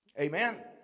Amen